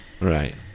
right